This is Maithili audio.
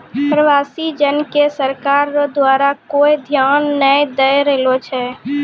प्रवासी जन के सरकार रो द्वारा कोय ध्यान नै दैय रहलो छै